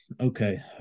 okay